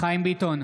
חיים ביטון,